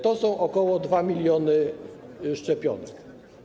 To jest ok. 2 mln szczepionek.